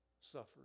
suffered